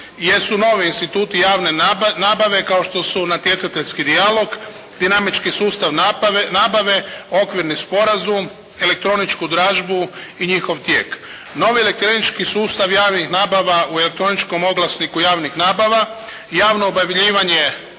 jesu novi instituti javne nabave kao što su natjecateljski dijalog, dinamički sustav nabave, okvirni sporazum, elektroničku dražbu i njihov tijek. Novi elektronički sustav javnih nabava u elektroničkom oglasniku javnih nabava, javno objavljivanje u